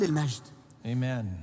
Amen